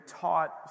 taught